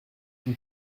une